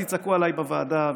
אז יצעקו עליי בוועדה,